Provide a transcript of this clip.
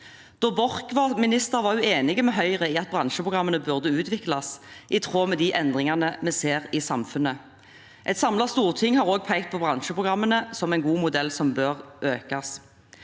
var minister, var hun enig med Høyre i at bransjeprogrammene burde utvikles i tråd med de endringene vi ser i samfunnet. Et samlet storting har også pekt på bransjeprogrammene som en god modell som bør styrkes.